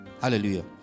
Hallelujah